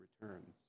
returns